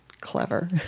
Clever